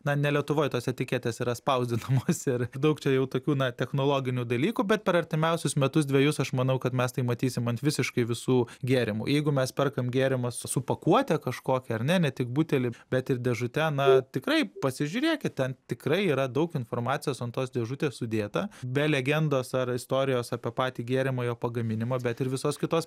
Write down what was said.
na ne lietuvoj tos etiketės yra spausdinamos ir daug čia jau tokių na technologinių dalykų bet per artimiausius metus dvejus aš manau kad mes tai matysim ant visiškai visų gėrimų jeigu mes perkam gėrimą su su pakuote kažkokia ar ne ne tik butelį bet ir dėžute na tikrai pasižiūrėkit ten tikrai yra daug informacijos ant tos dėžutės sudėta be legendos ar istorijos apie patį gėrimą jo pagaminimą bet ir visos kitos